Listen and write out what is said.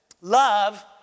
Love